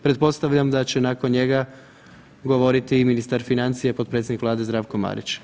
Pretpostavljam da će nakon njega govoriti i ministar financija i potpredsjednik Vlade Zdravko Marić.